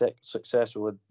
successful